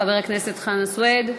חבר הכנסת חנא סוייד,